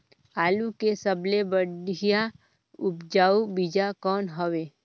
आलू के सबले बढ़िया उपजाऊ बीजा कौन हवय?